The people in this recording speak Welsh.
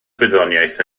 gwyddoniaeth